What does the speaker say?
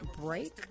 break